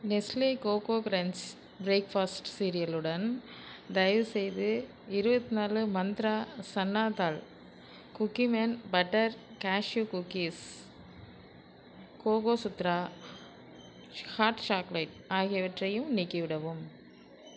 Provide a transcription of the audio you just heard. Nestle coco crunch breakfast சீரியலுடன் தயவுசெய்து இருபத்து நாலு Mantra chana dal Cookieman butter cashew cookies Cocosutra hot chocolate ஆகியவற்றையும் நீக்கிவிடவும்